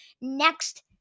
next